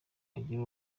agira